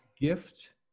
gift